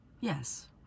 Yes